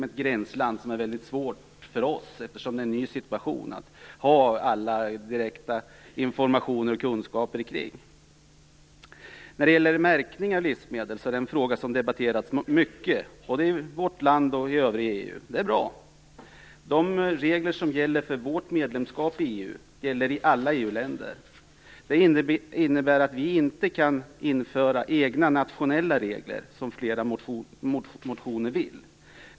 Detta är svårt för oss, eftersom det är en ny situation för oss att ha all direkt information och kunskap kring. Märkning av livsmedel är en fråga som har debatterats mycket, både i vårt land och i övriga EU. Det är bra. De regler som gäller för vårt medlemskap i EU och för alla EU-länder innebär att vi inte kan införa egna nationella regler, som flera motionärer vill.